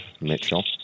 Mitchell